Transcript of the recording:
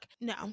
no